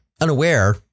unaware